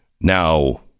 now